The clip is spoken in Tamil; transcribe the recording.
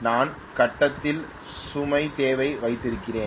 நான் கட்டத்தில் சுமை தேவை வைத்திருக்கிறேன்